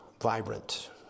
vibrant